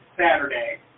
Saturday